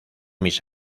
mis